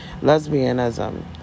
lesbianism